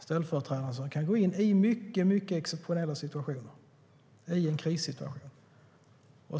Ställföreträdaren går in i mycket exceptionella situationer - i en krissituation.